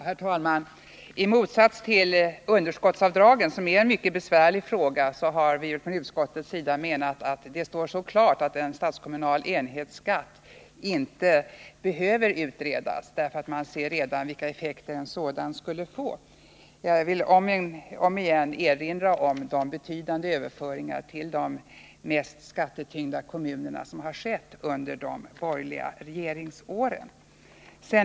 Herr talman! I motsats till utskottets ställningstagande till underskottsavdragen, som är en mycket besvärlig fråga, har vi från utskottets sida menat att det står klart att förslaget om en statskommunal enhetsskatt inte behöver utredas. Vi ser redan vilka effekter en sådan skatt skulle få. Och jag vill åter erinra om de betydande överföringar till de mest skattetyngda kommunerna som har skett under de borgerliga regeringsåren.